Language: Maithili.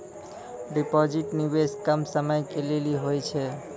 डिपॉजिट निवेश कम समय के लेली होय छै?